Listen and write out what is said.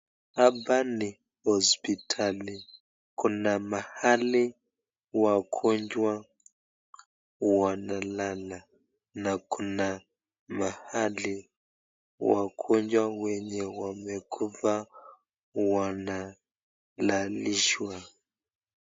Hapa ni hosipitali. Kuna mahali wagonjwa wanalala na kuna mahali wagonjwa wenye wamekufa wanalalishwa.